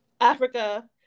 Africa